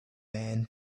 man